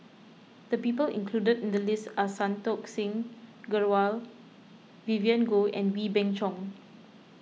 the people included in the list are Santokh Singh Grewal Vivien Goh and Wee Beng Chong